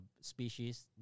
species